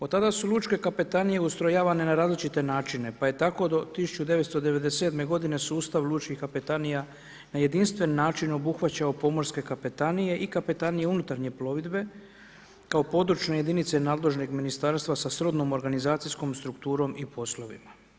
Od tada su lučke kapetanije ustrojavane na različite načine pa je tako do 1997. godine sustav lučkih kapetanija na jedinstven način obuhvaćao pomorske kapetanije i kapetanije unutarnje plovidbe kao područne jedinice nadležnog ministarstva sa srodnom organizacijskom strukturom i poslovima.